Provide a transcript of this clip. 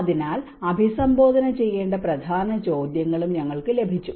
അതിനാൽ അഭിസംബോധന ചെയ്യേണ്ട പ്രധാന ചോദ്യങ്ങളും ഞങ്ങൾക്ക് ലഭിച്ചു